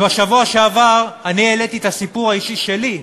בשבוע שעבר העליתי את הסיפור האישי שלי,